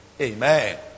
Amen